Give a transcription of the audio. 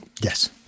Yes